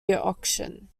auction